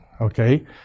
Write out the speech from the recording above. Okay